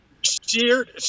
Sheared